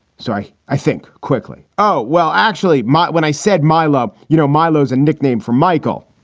so i. i think quickly. oh, well, actually, mom, when i said my love, you know, milo's a nickname for michael.